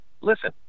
listen